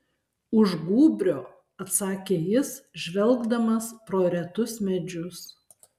už gūbrio atsakė jis žvelgdamas pro retus medžius